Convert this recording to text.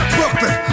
Brooklyn